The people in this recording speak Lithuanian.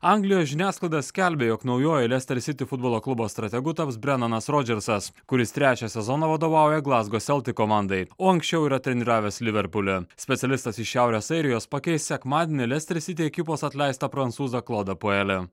anglijos žiniasklaida skelbia jog naujuoju lestersity futbolo klubo strategu taps brenonas rodžersas kuris trečią sezoną vadovauja glazgo seltik komandai o anksčiau yra treniravęs liverpulį specialistas iš šiaurės airijos pakeis sekmadienį lestersiti ekipos atleistą prancūzą klodą puelį